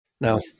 Now